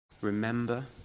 remember